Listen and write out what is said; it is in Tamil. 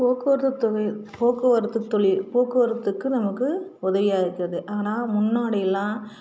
போக்குவரத்து தொழில் போக்குவரத்து தொழில் போக்குவரத்துக்கு நமக்கு உதவியாக இருக்குது ஆனால் முன்னாடி எல்லாம்